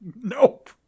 Nope